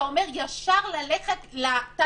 אתה אומר: ישר ללכת לתת-מקלע.